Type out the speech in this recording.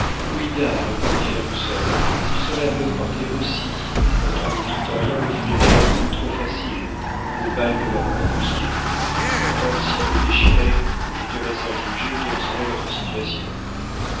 répondit fergusson mais ils seraient à bonne portée aussi et notre victoria offrirait un but trop facile aux balles de leurs longs mousquets or s'ils le déchiraient je te laisse à juger quelle serait notre situation